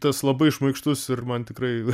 tas labai šmaikštus ir man tikrai